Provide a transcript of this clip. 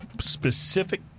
specific